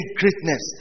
greatness